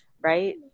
right